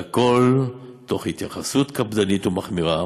והכול תוך התייחסות קפדנית ומחמירה